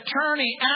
attorney